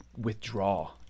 withdraw